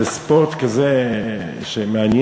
זה ספורט כזה מעניין,